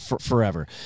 forever